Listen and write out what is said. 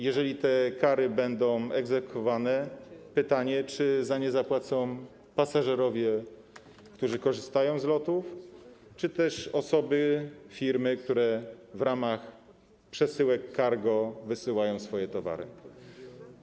Jeżeli te kary będą egzekwowane, to pytanie, czy zapłacą za nie pasażerowie, którzy korzystają z LOT-u, czy też osoby, firmy, które w ramach przesyłek cargo wysyłają swoje towary.